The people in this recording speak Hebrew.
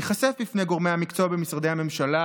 ייחשף בפני גורמי המקצוע במשרדי הממשלה